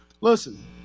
listen